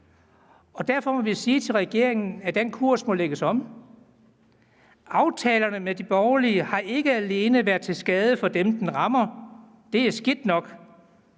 Derfor må vi sige til regeringen, at den kurs må lægges om. Aftalerne med de borgerlige har ikke alene været til skade for dem, de rammer, hvilket er skidt nok,